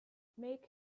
make